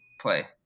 play